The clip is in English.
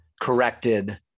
corrected